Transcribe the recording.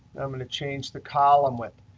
i'm going to change the column width.